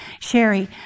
Sherry